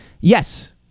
Yes